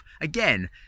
again